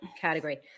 Category